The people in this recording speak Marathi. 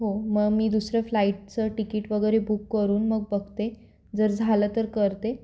हो मग मी दुसऱ्या फ्लाईटचं टिकीट वगैरे बुक करून मग बघते जर झालं तर करते